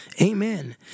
Amen